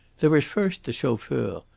there is first the chauffeur,